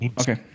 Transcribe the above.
Okay